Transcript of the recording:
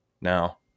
now